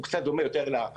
הוא קצת דומה יותר לאמריקאית,